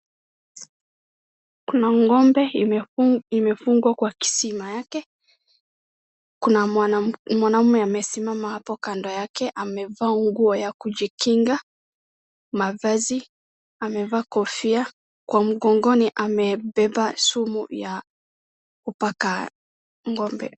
Kuna ng'ombe imefungwa kwa kisima yake. Kuna mwanamume amesimama hapo kando yake. Amevaa nguo ya kujikinga, mavazi. Amevaa kofia. Kwa mgongoni amebeba sumu ya kupaka ng'ombe.